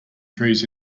trees